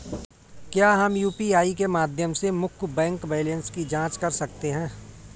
क्या हम यू.पी.आई के माध्यम से मुख्य बैंक बैलेंस की जाँच कर सकते हैं?